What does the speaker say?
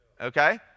Okay